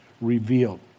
revealed